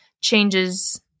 changes